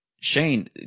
Shane